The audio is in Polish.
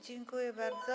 Dziękuję bardzo.